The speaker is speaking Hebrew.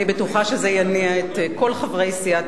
אני בטוחה שזה יניע את כל חברי סיעת